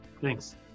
Thanks